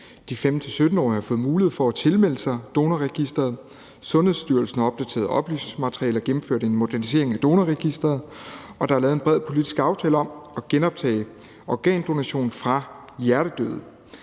De 15-17-årige har fået mulighed for at tilmelde sig Organdonorregistret. Sundhedsstyrelsen har opdateret oplysningsmaterialet og gennemført en modernisering af Organdonorregistret, og der er lavet en bred politisk aftale om at genoptage organdonation fra hjertedøde.